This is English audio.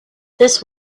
this